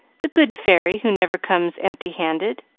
the good fairy who never comes empty-handed.